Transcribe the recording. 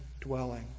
dwelling